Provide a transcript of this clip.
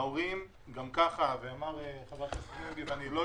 לגבי ההורים, חבר הכנסת מרגי שם